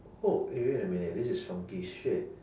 oh eh wait a minute this is funky shit